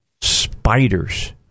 spiders